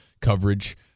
coverage